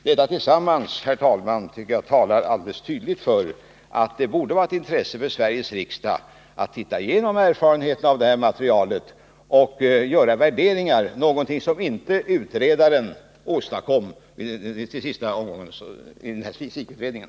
Detta sammantaget, herr talman, tycker jag tydligt talar för att det borde vara av intresse för Sveriges riksdag att utvinna erfarenheter av det här materialet och göra de värderingar som inte gjordes i SIK-utredningen.